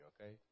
okay